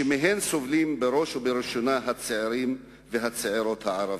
שמהם סובלים בראש ובראשונה הצעירים והצעירות הערבים.